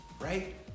right